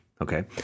Okay